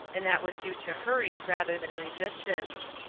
and that was due to hurry rather than resistance.